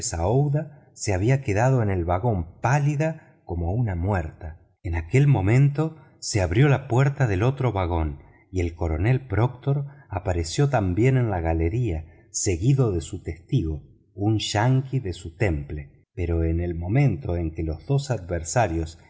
aouida se había quedado en el vagón pálida como una muerta en aquel momento se abrió la puerta del otro vagón y el coronel proctor apareció también en la galería seguido de su testigo un yanqui de su temple pero en el momento en que los dos adversarios